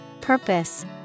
Purpose